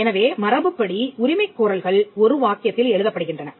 எனவே மரபுப்படி உரிமைக் கோரல்கள் ஒரு வாக்கியத்தில் எழுதப்படுகின்றன